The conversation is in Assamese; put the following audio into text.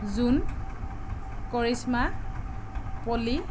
জোন কৰিস্মা পলী